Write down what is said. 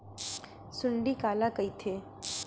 सुंडी काला कइथे?